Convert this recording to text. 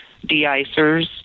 de-icers